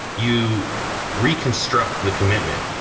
you reconstruct the commitment.